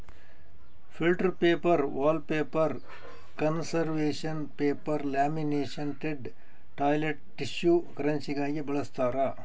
filter paper wallpaper conservation paper laminated toilet tissue ಕರೆನ್ಸಿಗಾಗಿ ಬಳಸ್ತಾರ